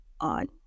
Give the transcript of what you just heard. on